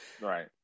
right